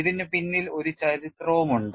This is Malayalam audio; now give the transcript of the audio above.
ഇതിന് പിന്നിൽ ഒരു ചരിത്രവുമുണ്ട്